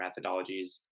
methodologies